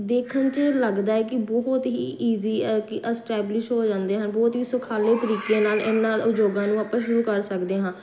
ਦੇਖਣ 'ਚ ਲੱਗਦਾ ਹੈ ਕਿ ਬਹੁਤ ਹੀ ਇਜ਼ੀ ਕਿ ਅਸਟੈਬਲਿਸ਼ ਹੋ ਜਾਂਦੇ ਹਨ ਬਹੁਤ ਹੀ ਸੁਖਾਲੇ ਤਰੀਕੇ ਨਾਲ ਇਹਨਾਂ ਉਦਯੋਗਾਂ ਨੂੰ ਆਪਾਂ ਸ਼ੁਰੂ ਕਰ ਸਕਦੇ ਹਾਂ